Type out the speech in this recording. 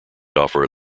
offer